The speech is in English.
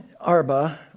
Arba